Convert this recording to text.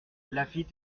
laffitte